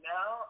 Now